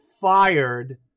fired